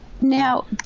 now